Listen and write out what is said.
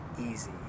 easy